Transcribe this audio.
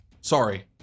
Sorry